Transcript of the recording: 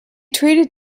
treated